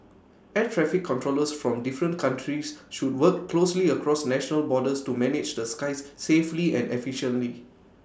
air traffic controllers from different countries should work closely across national borders to manage the skies safely and efficiently